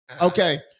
Okay